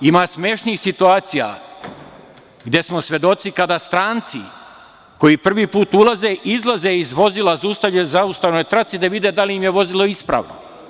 Ima smešnih situacija gde smo svedoci kada stranci koji prvi put ulaze, izlaze iz vozila u zaustavnoj traci da vide da li im je vozilo ispravno.